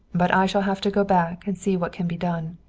but i shall have to go back and see what can be done.